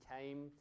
came